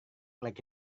laki